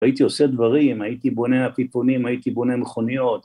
והייתי עושה דברים, הייתי בונה עפיפונים, הייתי בונה מכוניות...